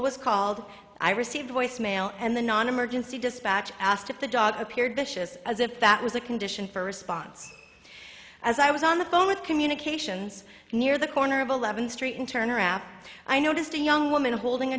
was called i received a voicemail and the non emergency dispatch asked if the dog appeared as if that was a condition for response as i was on the phone with communications near the corner of eleventh street and turn around i noticed a young woman holding a